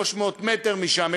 300 מטר משם,